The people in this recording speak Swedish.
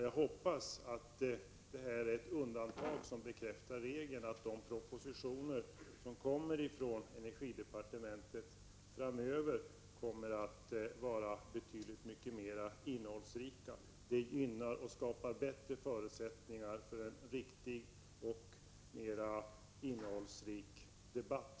Jag hoppas att det är ett undantag som bekräftar regeln och att de propositioner som kommer från industridepartementet framöver kommer att vara betydligt mer innehållsrika. Det är gynnsammare och skapar bättre förutsättningar för en riktig och mer utförlig debatt.